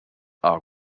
are